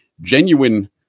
genuine